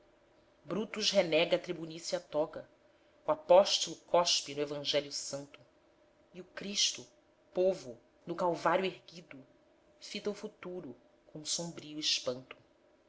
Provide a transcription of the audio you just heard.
brutus renega a tribunícia toga o apost'lo cospe no evangelho santo e o cristo povo no calvário erguido fita o futuro com sombrio espanto